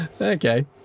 Okay